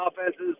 offenses